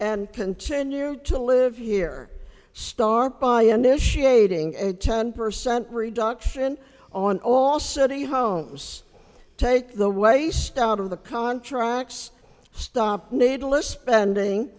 and continue to live here start by initiating a ten percent reduction on all city homes take the waste out of the contracts stop needless bending